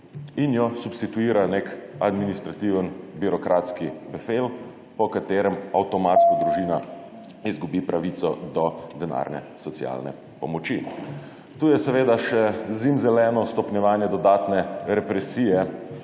in jo substituira nek administrativen birokratski befel, po katerem avtomatsko družina izgubi pravico do denarne socialne pomoči. Tu je seveda še zimzeleno stopnjevanje dodatne represije